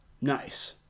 Nice